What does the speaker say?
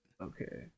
Okay